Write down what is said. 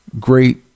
great